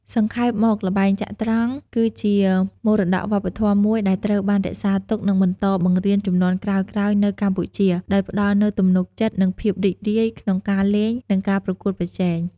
សង្ខេបមកល្បែងចត្រង្គគឺជាមរតកវប្បធម៌មួយដែលត្រូវបានរក្សាទុក និងបន្តបង្រៀនជំនាន់ក្រោយៗនៅកម្ពុជា ដោយផ្តល់នូវទំនុកចិត្ត និងភាពរីករាយក្នុងការលេង និងការប្រកួតប្រជែង។